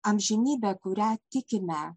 amžinybė kurią tikime